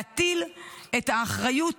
להטיל את האחריות